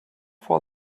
for